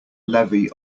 levy